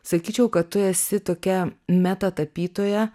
sakyčiau kad tu esi tokia meta tapytoja